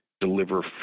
deliver